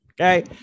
okay